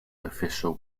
official